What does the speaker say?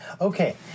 Okay